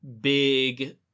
big